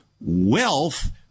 wealth